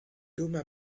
dômes